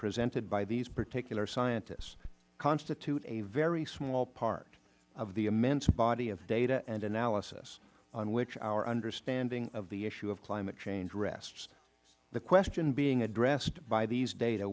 presented by these particular scientists constitute a very small part of the immense body of data and analysis on which our understanding of the issue of climate change rests the question being addressed by these data